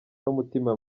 n’umutima